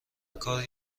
کار